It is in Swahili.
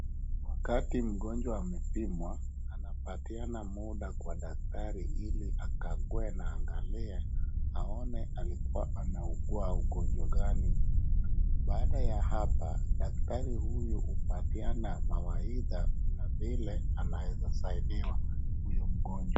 Wakati mgonjwa amepimwa, anapea muda daktari ili akague na aangalie, aone alikuwa anaugua ugonjwa gani, baada ya hapa, daktari huyu humpa mawaidha, na vile, anaweza saidiwa, huyo mgonjwa